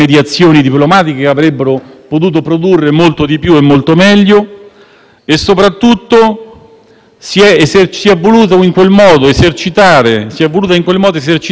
si è voluta in quel modo esercitare una pressione sull'Unione europea sul tema delle politiche dell'immigrazione,